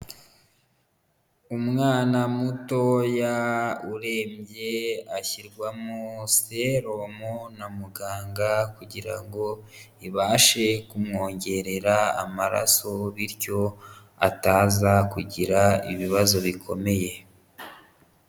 Umwana mutoya urembye ashyirwamo seromu na muganga kugira ngo ibashe kumwongerera amaraso, bityo ataza kugira ibibazo bikomeye.